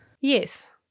Yes